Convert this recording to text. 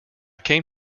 came